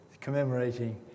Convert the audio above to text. commemorating